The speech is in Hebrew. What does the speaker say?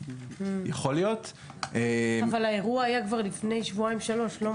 אבל האירוע היה כבר לפני שבועיים-שלוש, לא?